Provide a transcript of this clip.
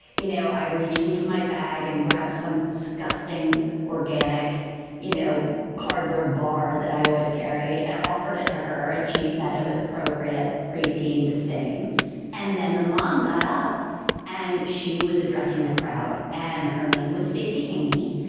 you know i reached into my bag and grabbed some disgusting organic you know cardboard bar that i always carry and offered it to her and she met it with appropriate pre-teen disdain and then the mom got up and she was addressing the crowd and her name was stacey haney.